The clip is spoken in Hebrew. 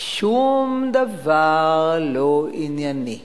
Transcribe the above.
שום דבר לא ענייני,